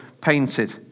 painted